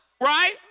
right